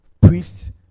priest's